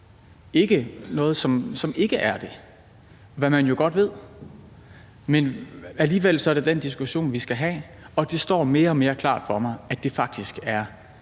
have noget, som ikke er det – hvad man jo godt ved, men alligevel er det den diskussion, vi skal have. Det står mere og mere klart for mig, at det faktisk er